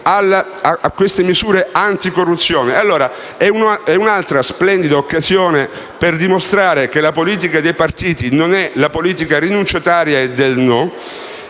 a queste misure anticorruzione. È questa un'altra splendida occasione per dimostrare che la politica dei partiti non è quella rinunciataria e del no